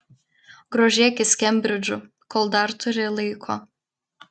grožėkis kembridžu kol dar turi laiko